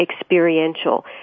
experiential